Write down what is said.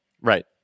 Right